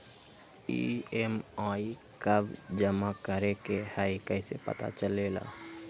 EMI कव जमा करेके हई कैसे पता चलेला?